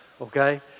okay